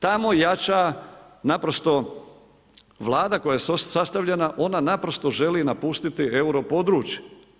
Tamo jača naprosto vlada koja je sastavljena, ona naprosto želi napustiti euro područje.